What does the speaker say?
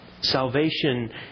Salvation